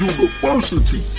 University